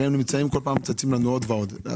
הרי כל פעם צצים לנו עוד ועוד.